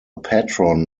patron